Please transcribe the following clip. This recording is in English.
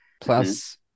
Plus